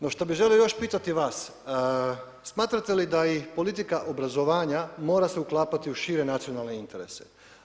No što bi još želio pitati vas, smatrate li da i politika obrazovanja, mora se uklapati u šire nacionalne interese?